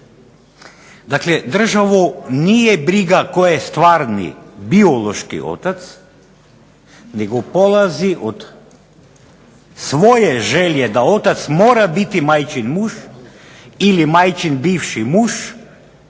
Dakle, državu nije briga tko je stvarni biološki otac, nego polazi od svoje želje da otac mora biti majčin muž ili majčin bivši muž